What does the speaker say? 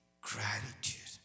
gratitude